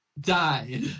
died